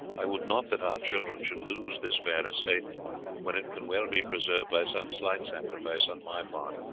i would not that our children should lose this fair estate when it can well be preserved by some slight sacrifice on my part.